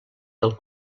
del